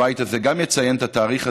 שגם הבית הזה יציין את התאריך הזה,